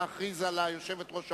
להכריז על יושבת-ראש האופוזיציה.